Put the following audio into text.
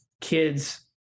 kids